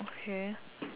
okay